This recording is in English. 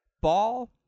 Ball